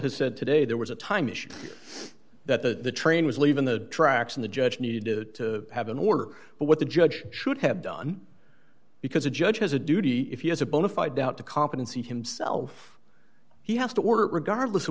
has said today there was a time issue that the train was leaving the tracks and the judge needed to have an order but what the judge should have done because a judge has a duty if he has a bona fide doubt to competency himself he has to order it regardless of